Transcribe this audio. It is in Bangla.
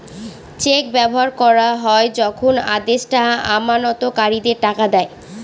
চেক ব্যবহার করা হয় যখন আদেষ্টা আমানতকারীদের টাকা দেয়